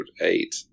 eight